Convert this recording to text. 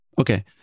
okay